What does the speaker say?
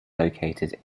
located